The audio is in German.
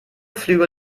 flüge